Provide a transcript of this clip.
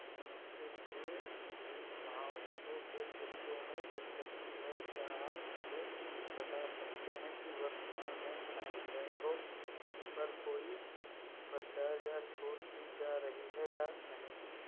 नमस्ते मुझे संगीत महोत्सव के टिकटों में दिलचस्पी है क्या आप मुझे बता सकते हैं कि वर्तमान में फैंडैंगो पर कोई प्रचार या छूट दी जा रही है या नहीं